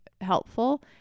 helpful